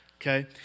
Okay